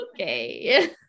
okay